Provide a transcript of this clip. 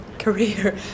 career